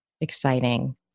exciting